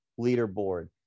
leaderboard